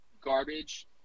garbage